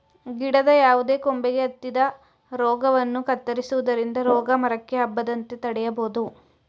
ಗಿಡದ ಯಾವುದೇ ಕೊಂಬೆಗೆ ಹತ್ತಿದ ರೋಗವನ್ನು ಕತ್ತರಿಸುವುದರಿಂದ ರೋಗ ಮರಕ್ಕೆ ಹಬ್ಬದಂತೆ ತಡೆಯಬೋದು